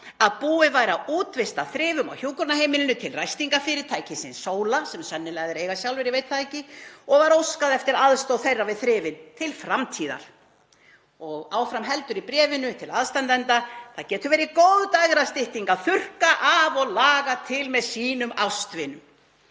að búið væri að útvista þrifum á hjúkrunarheimilinu til ræstingafyrirtækisins Sóla, sem þeir sennilega eiga sjálfir, ég veit það ekki, og var óskað eftir aðstoð þeirra við þrifin til framtíðar. Áfram heldur í bréfinu til aðstandenda: Það getur verið góð dægrastytting að þurrka af og laga til með sínum ástvinum.